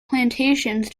plantations